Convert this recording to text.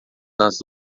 nas